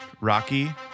Rocky